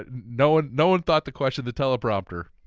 ah no one no one thought to question the teleprompter.